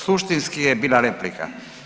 Suštinski je bila replika.